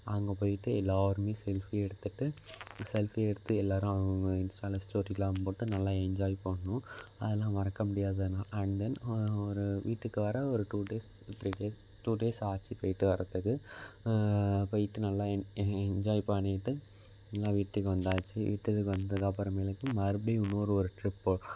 அங்கே போயிட்டு எல்லோருமே செல்ஃபி எடுத்துகிட்டு செல்ஃபி எடுத்து எல்லோரும் அவங்கவுங்க இன்ஸ்ட்டாவில் ஸ்டோரியெலாம் போட்டு நல்ல என்ஜாய் பண்ணிணோம் அதெல்லாம் மறக்கமுடியாத நாள் அண்ட் தென் ஒரு வீட்டுக்கு வர ஒரு two days three days two days ஆச்சு போயிட்டு வரத்துக்கு போயிட்டு நல்லா என் என்ஜாய் பண்ணிட்டு எல்லாம் வீட்டுக்கு வந்தாச்சு வீட்டுக்கு வந்த அப்புறமேலுக்கு மறுபடியும் இன்னோரு ஒரு ட்ரிப் போ